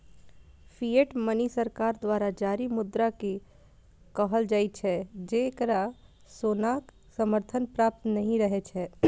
fiat money सरकार द्वारा जारी मुद्रा कें कहल जाइ छै, जेकरा सोनाक समर्थन प्राप्त नहि रहै छै